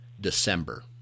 December